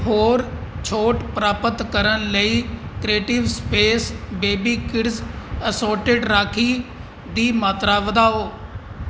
ਹੋਰ ਛੋਟ ਪ੍ਰਾਪਤ ਕਰਨ ਲਈ creative space baby kids assorted rakhi ਦੀ ਮਾਤਰਾ ਵਧਾਓ